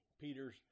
Peter's